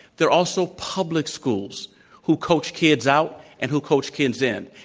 there're also public schools who coach kids out and who coach kids in.